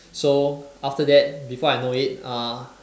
so after that before I know it uh